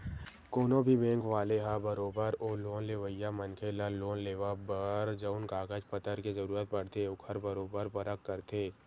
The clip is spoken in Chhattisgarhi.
कोनो भी बेंक वाले ह बरोबर ओ लोन लेवइया मनखे ल लोन लेवब बर जउन कागज पतर के जरुरत पड़थे ओखर बरोबर परख करथे